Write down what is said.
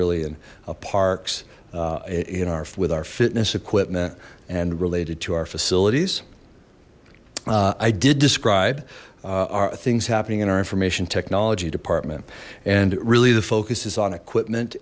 really in a parks in arf with our fitness equipment and related to our facilities i did describe our things happening in our information technology department and really the focus is on equipment